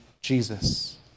Jesus